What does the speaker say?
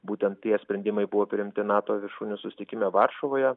būtent tie sprendimai buvo priimti nato viršūnių susitikime varšuvoje